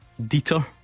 Dieter